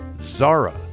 Zara